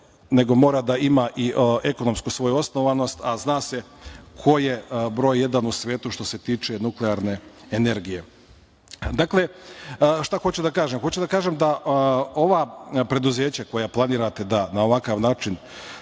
nego mora da ima i svoju ekonomsku osnovanost, a zna se ko je broj jedan u svetu što se tiče nuklearne energije. Šta hoću da kažem? Hoću da kažem da ova preduzeća koja planirate da na ovakav način